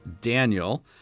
Daniel